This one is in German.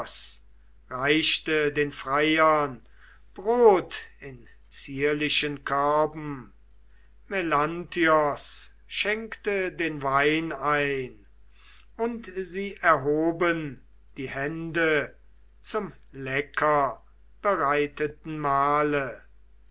reichte den freiern brot in zierlichen körben melanthios schenkte den wein ein und sie erhoben die hände zum leckerbereiteten mahle